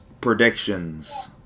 predictions